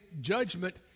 judgment